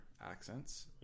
accents